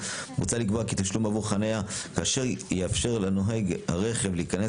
מוצע לקבוע כי תשלום עבור חניה שיאפשר לנוהג הרכב להיכנס